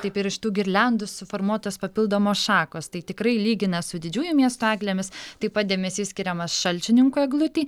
taip ir iš tų girliandų suformuotos papildomos šakos tai tikrai lygina su didžiųjų miestų eglėmis taip pat dėmesys skiriamas šalčininkų eglutei